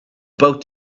both